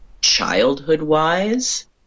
childhood-wise